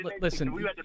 Listen